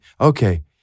okay